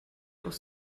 aus